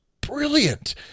brilliant